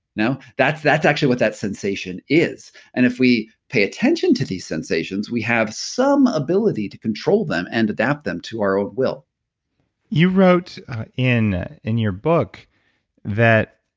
that's that's actually what that sensation is and if we pay attention to these sensations, we have some ability to control them and adapt them to our own will you wrote in in your book that